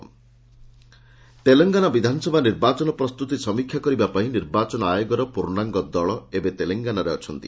EC Telangana Telangana ବିଧାନସଭା ନିର୍ବାଚନ ପ୍ରସ୍ତୁତି ସମୀକ୍ଷା କରିବା ପାଇଁ ନିର୍ବାଚନ ଆୟୋଗର ପୂର୍ଣ୍ଣାଙ୍ଗ ଦଳ ଏବେ ତେଲଙ୍ଗାନାରେ ଅଛନ୍ତି